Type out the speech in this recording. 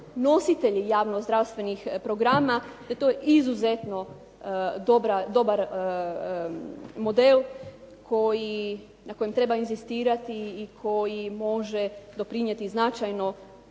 nositelji javno zdravstvenih programa da je to izuzetno dobar model na kojem treba inzistirati i koji može doprinijeti značajno